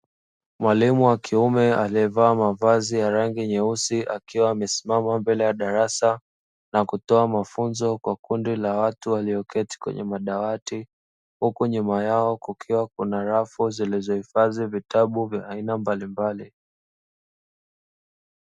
Mwalimu wa kiume aliyevaa mavazi ya rangi nyeusi, akiwa amesimama mbele ya darasa na kutoa mafunzo kwa kundi la watu walioketi kwenye madawati, huku nyuma yao kukiwa kuna rafu zilizohifadhi vitabu vya aina mbalimbali.